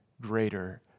greater